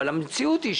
אבל המציאות היא,